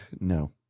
No